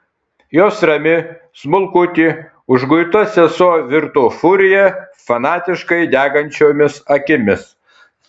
jos rami smulkutė užguita sesuo virto furija fanatiškai degančiomis akimis